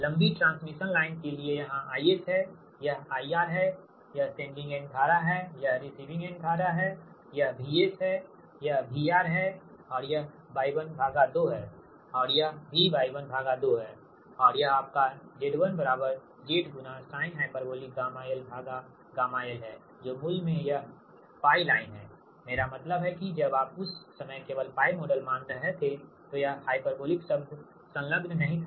लंबी transmission line के लिए यह IS है यह IR है यह सेंडिंग एंड धारा है यह रिसीविंग एंड धारा है यह VS है यह VR है और यह Y12 है और यह भी Y12 है और यह आपका Z1 Z sinh γ lγ lहै जो मूल में यह 𝜋 लाइन है मेरा मतलब है कि जब आप उस समय केवल 𝜋 मॉडल मान रहे थे तो यह हाइपरबोलिक शब्द संलग्न नहीं था